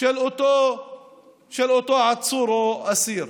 של אותו עצור או אסיר.